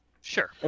Sure